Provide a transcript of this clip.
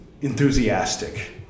enthusiastic